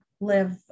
live